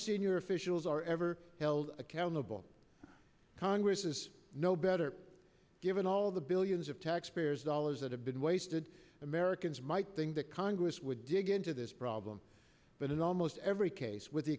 senior officials are ever held accountable congress is no better given all the billions of taxpayers dollars that have been wasted americans might think that congress would dig into this problem but in almost every case with the